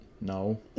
No